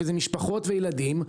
וזה משפחות וילדים,